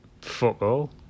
football